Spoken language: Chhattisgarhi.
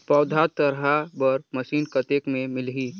पौधा थरहा बर मशीन कतेक मे मिलही?